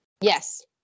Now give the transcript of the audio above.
Yes